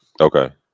okay